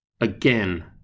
Again